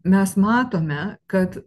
mes matome kad